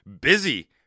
Busy